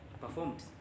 performed